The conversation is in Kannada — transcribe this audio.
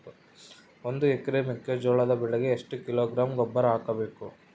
ಒಂದು ಎಕರೆ ಮೆಕ್ಕೆಜೋಳದ ಬೆಳೆಗೆ ಎಷ್ಟು ಕಿಲೋಗ್ರಾಂ ಗೊಬ್ಬರ ಹಾಕಬೇಕು?